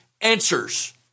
answers